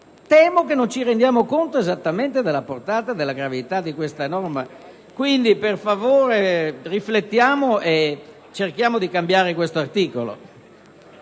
Temo che non ci rendiamo esattamente conto della portata e della gravità di questa norma. Per favore, riflettiamo e cerchiamo di cambiare questo articolo.